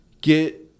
get